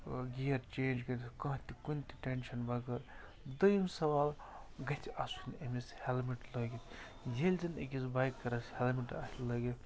gear change کٔرِتھ کانٛہہ تہِ کُنہِ تہِ ٹٮ۪نشَن وَغٲر دٔیِم سَوال گَژھِ آسُن أمِس ہٮ۪لمِٹ لٲگِتھ ییٚلہِ زَن أکِس بایکَرَس ہٮ۪لمِٹ آسہِ لٲگِتھ